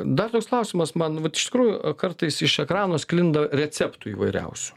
dar toks klausimas man vat iš tikrųjų kartais iš ekrano sklinda receptų įvairiausių